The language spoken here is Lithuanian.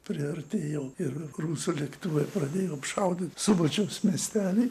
priartėjau ir rusų lėktuvai pradėjo apšaudyt subačiaus miestelį